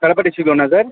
కడప డిస్టిక్ట్లో సార్